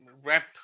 wrap